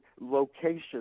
location